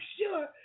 sure